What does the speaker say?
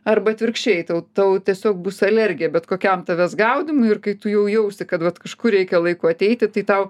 arba atvirkščiai tau tau tiesiog bus alergija bet kokiam tavęs gaudymui ir kai tu jau jausi kad vat kažkur reikia laiku ateiti tai tau